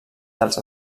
dels